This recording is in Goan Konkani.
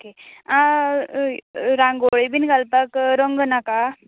ओके रांगोळी बीन घालपाक रंग नाका